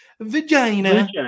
vagina